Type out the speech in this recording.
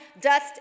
dust